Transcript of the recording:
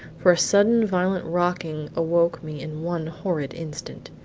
for a sudden violent rocking awoke me in one horrid instant.